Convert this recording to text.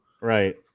Right